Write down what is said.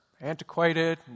antiquated